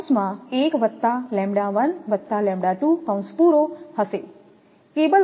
તેથી તે 𝑅𝑒𝑓𝑓 𝑅𝑎𝑐 1 𝜆1 𝜆2 હશે